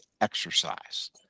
exercise